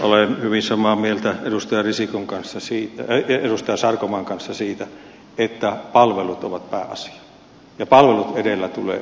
olen hyvin samaa mieltä edustaja sarkomaan kanssa siitä että palvelut ovat pääasia ja palvelut edellä tulee edetä